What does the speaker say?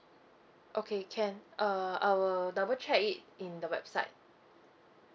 okay can uh I'll double check it in the website